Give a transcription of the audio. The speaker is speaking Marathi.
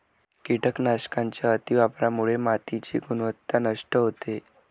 कीटकनाशकांच्या अतिवापरामुळे मातीची गुणवत्ता नष्ट होते